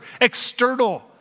external